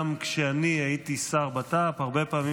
השאילתה הייתה לשרת התחבורה.